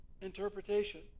interpretation